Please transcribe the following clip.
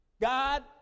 God